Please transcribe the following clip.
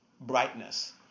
brightness